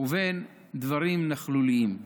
ובין דברים נכלוליים.